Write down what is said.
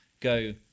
go